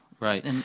Right